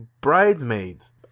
Bridesmaids